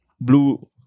blue